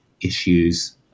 issues